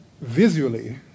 visually